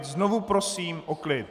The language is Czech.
Znovu prosím o klid.